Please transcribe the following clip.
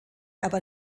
aber